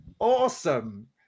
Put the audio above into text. Awesome